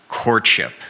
Courtship